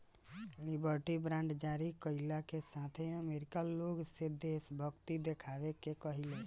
liberty bond जारी कईला के साथे अमेरिका लोग से देशभक्ति देखावे के कहेला